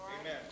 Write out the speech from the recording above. Amen